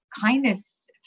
kindness